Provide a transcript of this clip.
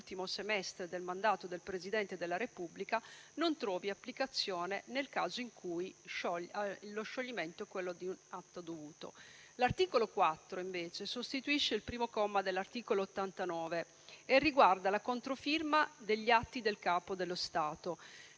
L'articolo 4 sostituisce il primo comma dell'articolo 89 e riguarda la controfirma degli atti del Capo dello Stato,